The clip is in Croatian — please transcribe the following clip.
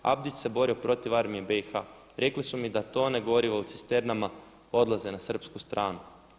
Abdić se borio protiv armije BiH. rekli su mi da tone goriva u cisternama odlaze na srpsku stranu.